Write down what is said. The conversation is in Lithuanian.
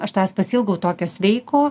aš tavęs pasiilgau tokio sveiko